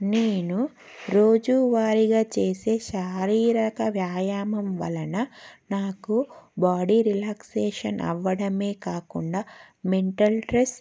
నేను రోజువారీగా చేసే శారీరక వ్యాయామం వలన నాకు బోడీ రిలాక్సేషన్ అవ్వడమే కాకుండా మెంటల్ స్ట్రెస్